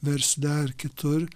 versle ar kitur